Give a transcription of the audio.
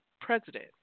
president